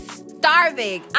starving